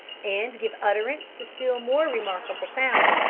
and give utterance to still more remarkable sounds,